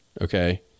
Okay